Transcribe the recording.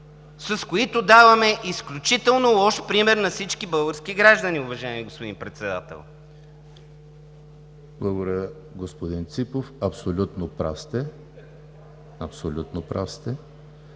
с които даваме изключително лош пример на всички български граждани, уважаеми господин Председател. ПРЕДСЕДАТЕЛ ЕМИЛ ХРИСТОВ: Благодаря, господин Ципов. Абсолютно прав сте! Абсолютно прав сте,